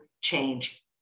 change